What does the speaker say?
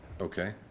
Okay